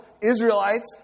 Israelites